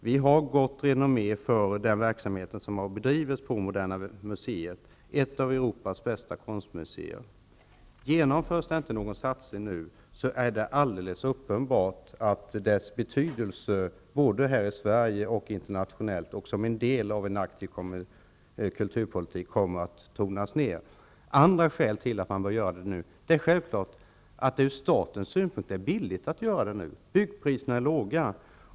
Vi har gott renommé för den verksamhet som har bedrivits på Moderna museet, ett av Europas bästa konstmuseer. Om någon satsning inte görs nu, är det alldeles uppenbart att Moderna museets betydelse, både här i Sverige och internationellt och som en del av en aktiv kulturpolitik, kommer att tonas ned. Andra skäl till att man bör göra en satsning nu är självfallet att det ur statens synpunkt är billigt att göra det nu. Byggpriserna är låga.